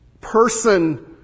person